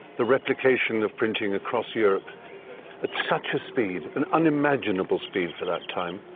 the replication of printing across europe at such a speed, an unimaginable speed for that time,